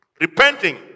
repenting